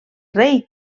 rei